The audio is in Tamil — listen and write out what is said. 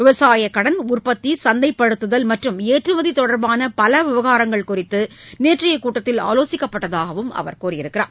விவசாயக் கடன் உற்பத்தி சந்தைப்படுத்துதல் மற்றும் ஏற்றுமதி தொடர்பான பல விவகாரங்கள் குறித்து நேற்றைய கூட்டத்தில் ஆலோசிக்கப்பட்டதாக அவர் கூறினார்